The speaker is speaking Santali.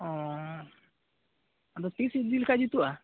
ᱚ ᱟᱫᱚ ᱛᱤᱥ ᱤᱫᱤ ᱞᱮᱠᱷᱟᱱ ᱡᱩᱛᱩᱜᱼᱟ